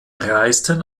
reisten